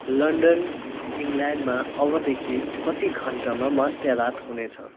London इङ्ल्यान्डमा अबदेखि कति घन्टामा मध्यरात हुनेछ